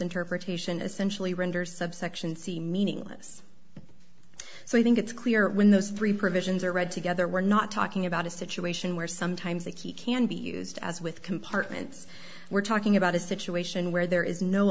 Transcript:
interpretation essentially renders subsection c meaningless so i think it's clear when those three provisions are read together we're not talking about a situation where sometimes the key can be used as with compartments we're talking about a situation where there is no